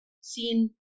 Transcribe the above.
seen